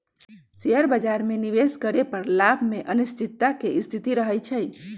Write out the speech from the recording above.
share बाजार में निवेश करे पर लाभ में अनिश्चितता के स्थिति रहइ छइ